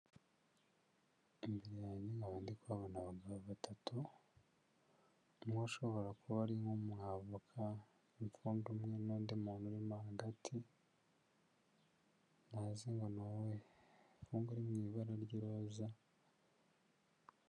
Imbere yange nkabandi kuhabona abagabo batatu umwe ushobora kuba ari nk'umwavoka n'undi umwe n'undi muntu urimo hagati ntazi ngo ni uwuhe n'undi uri mu ibara ry'iroza.